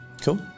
Cool